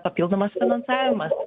papildomas finansavimas